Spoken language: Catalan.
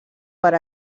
per